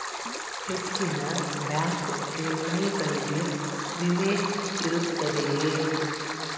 ಹೆಚ್ಚಿನ ಬ್ಯಾಂಕ್ ಠೇವಣಿಗಳಿಗೆ ವಿಮೆ ಇರುತ್ತದೆಯೆ?